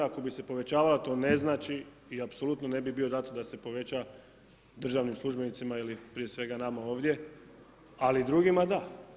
Ako bi se povećavala to ne znači i apsolutno ne bih bio za to da se poveća državnim službenicima ili prije svega nama ovdje, ali drugima da.